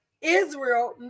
Israel